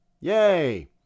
Yay